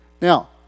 Now